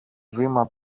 βήμα